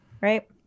Right